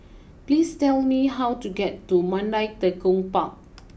please tell me how to get to Mandai Tekong Park